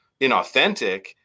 inauthentic